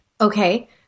okay